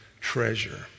treasure